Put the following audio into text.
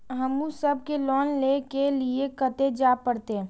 हमू सब के लोन ले के लीऐ कते जा परतें?